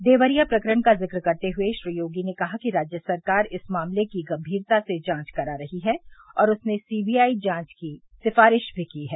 देवरिया प्रकरण का जिक्र करते हुए श्री योगी ने कहा कि राज्य सरकार इस मामले की गंभीरता से जांच करा रही है और उसने सीबीआई जांच की सिफारिश भी की है